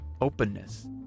openness